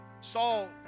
Saul